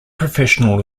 professional